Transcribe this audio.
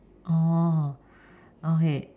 orh okay